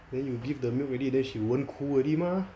then you give the milk already then she won't 哭 already mah